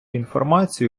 інформації